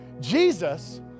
Jesus